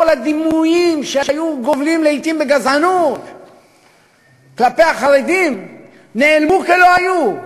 כל הדימויים שגבלו לעתים בגזענות כלפי החרדים נעלמו כלא היו.